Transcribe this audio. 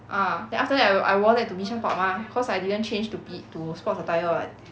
ah then after that I I wore that to bishan park mah cause I didn't change to p~ to sports attire [what]